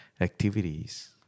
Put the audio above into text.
activities